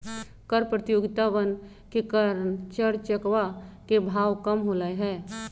कर प्रतियोगितवन के कारण चर चकवा के भाव कम होलय है